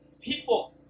people